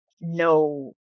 no